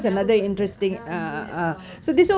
இப்போ ஞாபகமில்ல ஆனா வந்து:ippo nyabagamilla aanaa vanthu